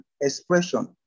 expression